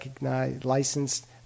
licensed